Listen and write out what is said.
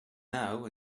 now